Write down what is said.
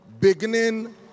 beginning